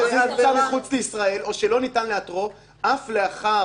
מחוץ לישראל או שלא ניתן לאתרו אף לאחר